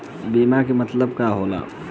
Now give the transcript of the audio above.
बीमा के मतलब का होला?